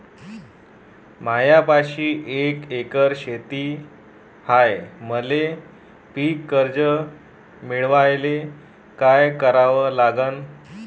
मायापाशी एक एकर शेत हाये, मले पीककर्ज मिळायले काय करावं लागन?